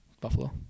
Buffalo